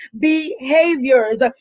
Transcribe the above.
behaviors